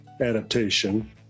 adaptation